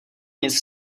nic